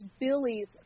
Billy's